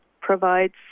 provides